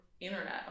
internet